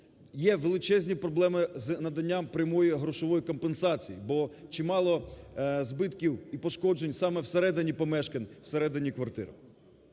Є величезні проблеми з наданням прямої грошової компенсації, бо чимало збитків і пошкоджень саме в середині помешкань, в середині квартир.